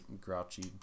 grouchy